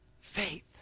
faith